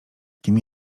kim